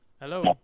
hello